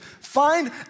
Find